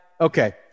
Okay